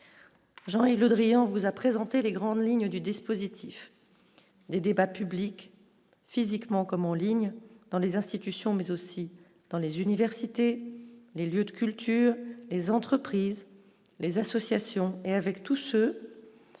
Jean-Yves Le Drian, vous a présenté les grandes lignes du dispositif des débats publics, physiquement comme en ligne dans les institutions mais aussi dans les universités, les lieux de culture, les entreprises, les associations et avec tout ce